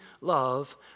Love